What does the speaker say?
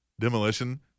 demolition